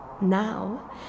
Now